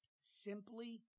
simply